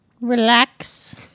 Relax